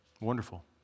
Wonderful